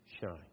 shine